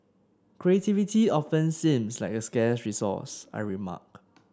creativity often seems like a scarce resource I remark